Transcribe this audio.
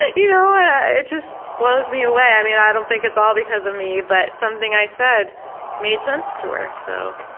you know it just blows me away, i mean, i don't think it's all because of me, but something i said made sense to her, so.